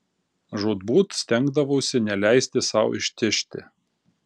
žūtbūt stengdavausi neleisti sau ištižti